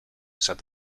said